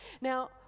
Now